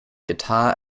guitar